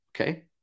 okay